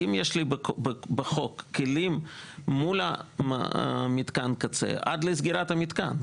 אם יש לי בחוק כלים מול המתקן קצה עד לסגירת המתקן,